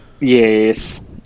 yes